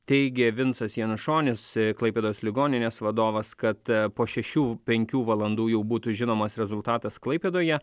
teigė vinsas janušonis klaipėdos ligoninės vadovas kad po šešių penkių valandų jau būtų žinomas rezultatas klaipėdoje